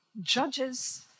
Judges